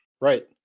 Right